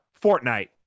Fortnite